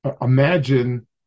imagine